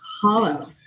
hello